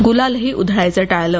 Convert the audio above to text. गुलालही उधळायचं टाळलं